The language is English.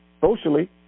socially